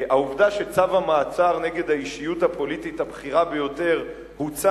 העובדה שצו המעצר נגד האישיות הפוליטית הבכירה ביותר הוצא